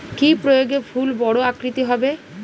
কি প্রয়োগে ফুল বড় আকৃতি হবে?